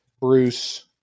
Bruce